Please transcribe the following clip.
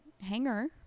hanger